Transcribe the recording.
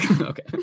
okay